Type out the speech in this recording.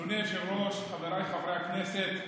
אדוני היושב-ראש, חבריי חברי הכנסת,